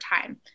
time